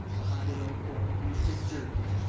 prasville, old boy, you've deserved it.